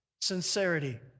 sincerity